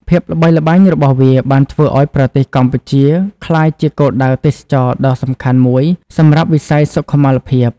ភាពល្បីល្បាញរបស់វាបានធ្វើឱ្យប្រទេសកម្ពុជាក្លាយជាគោលដៅទេសចរណ៍ដ៏សំខាន់មួយសម្រាប់វិស័យសុខុមាលភាព។